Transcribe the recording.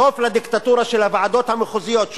סוף לדיקטטורה של הוועדות המחוזיות,